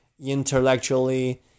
intellectually